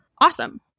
awesome